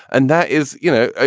and that is, you know, ah